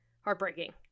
heartbreaking